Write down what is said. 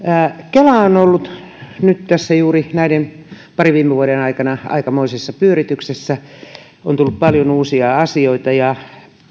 kela on ollut nyt juuri näiden parin viime vuoden aikana aikamoisessa pyörityksessä on tullut paljon uusia asioita ja